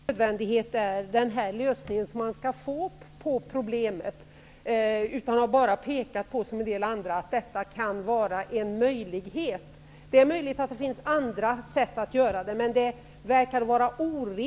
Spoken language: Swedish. Herr talman! Jag anser inte att det nödvändigtvis är denna lösning man skall få på problemet. Jag har bara, liksom en del andra, pekat på att det här kan vara en möjlighet. Det är möjligt att det finns andra sätt att göra det här på.